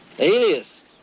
Alias